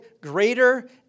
greater